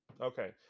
Okay